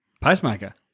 Pacemaker